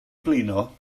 blino